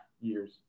years